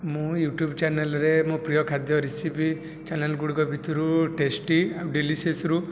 ମୁଁ ୟୁଟ୍ୟୁବ୍ ଚ୍ୟାନେଲରେ ମୋ ପ୍ରିୟ ଖାଦ୍ୟ ରେସିପି ଚ୍ୟାନେଲ୍ ଗୁଡ଼ିକ ଭିତରୁ ଟେଷ୍ଟି ଆଉ ଡିଲିସିଅସ୍ରୁ